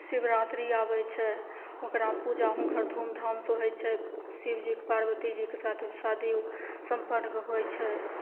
शिव रात्रि आबय छै ओकरामे पूजा हुनकर धूम धामसँ होइ छै शिव जीके पार्बती जीके साथ शादी सम्पन्न होइ छै